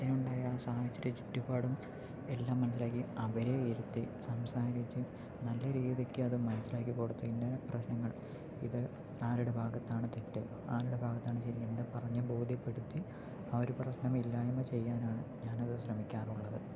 അതിനുണ്ടായ സാഹചര്യ ചുറ്റുപാടും എല്ലാം മനസിലാക്കി അവരെ ഇരുത്തി സംസാരിച്ചു നല്ല രീതിക്ക് അത് മനസിലാക്കി കൊടുത്തു ഇന്ന കഴിഞ്ഞാൽ പ്രശ്നങ്ങൾ ഇത് ആരുടെ ഭാഗത്താണ് തെറ്റ് ആരുടെ ഭാഗത്താണ് ശരി എന്ന് പറഞ്ഞു ബോധ്യപ്പെടുത്തി ആ ഒരു പ്രശ്നം ഇല്ലായ്മ ചെയ്യാനാണ് ഞാൻ അത് ശ്രമിക്കാറുള്ളത്